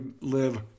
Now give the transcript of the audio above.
live